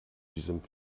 diesem